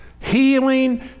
Healing